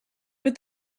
but